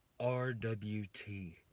RWT